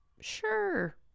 Sure